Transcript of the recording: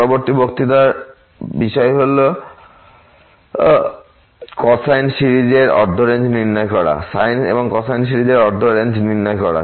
পরবর্তী বক্তৃতার বিষয় হল ই এবং কোসাইন সিরিজের অর্ধ রেঞ্জ নির্ধারণ করা